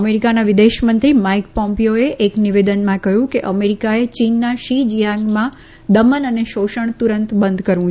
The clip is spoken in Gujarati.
અમેરિકાના વિદેશમંત્રી માઈક પોમ્પીઓએ એક નિવેદનમાં કહ્યું કે અમેરિકાએ ચીનના શિ જિયાંગમાં દમન અને શોષણ તુરંત બંધ કરવા કહ્યું છે